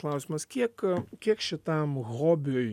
klausimas kiek kiek šitam hobiui